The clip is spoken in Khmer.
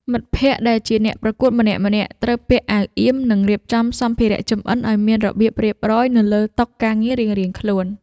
មិត្តភក្តិដែលជាអ្នកប្រកួតម្នាក់ៗត្រូវពាក់អាវអៀម និងរៀបចំសម្ភារៈចម្អិនឱ្យមានរបៀបរៀបរយនៅលើតុការងាររៀងៗខ្លួន។